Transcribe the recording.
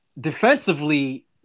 defensively